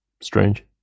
Strange